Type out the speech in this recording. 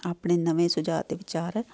ਆਪਣੇ ਨਵੇਂ ਸੁਝਾਅ ਅਤੇ ਵਿਚਾਰ